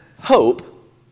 hope